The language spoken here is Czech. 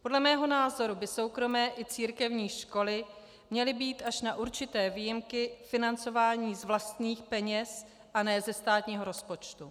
Podle mého názoru by soukromé i církevní školy měly být až na určité výjimky financovány z vlastních peněz a ne ze státního rozpočtu.